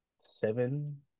seven